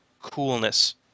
Coolness